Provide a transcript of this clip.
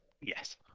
yes